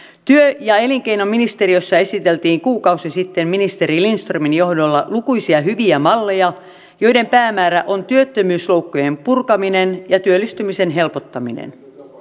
työ ja elinkeinoministeriössä esiteltiin kuukausi sitten ministeri lindströmin johdolla lukuisia hyviä malleja joiden päämäärä on työttömyysloukkujen purkaminen ja työllistymisen helpottaminen